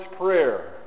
prayer